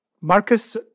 Marcus